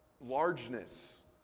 largeness